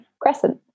crescent